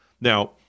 Now